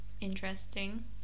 interesting